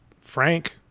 frank